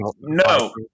No